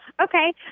okay